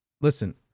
Listen